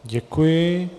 Děkuji.